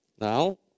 Now